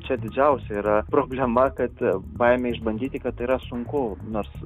čia didžiausia yra problema kad baimė išbandyti kad yra sunku nors